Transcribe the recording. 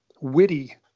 witty